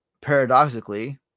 paradoxically